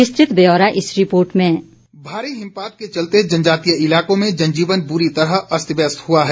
विस्तृत ब्योरा इस रिपोर्ट में भारी हिमपात के चलते जनजातीय इलाकों में जनजीवन ब्री तरह अस्त व्यस्त हुआ है